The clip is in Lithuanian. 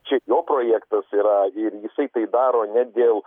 čia jo projektas yra ir jisai tai daro ne dėl